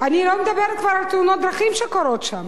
אני לא מדברת כבר על תאונות דרכים שקורות שם,